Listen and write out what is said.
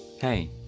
Hey